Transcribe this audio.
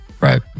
right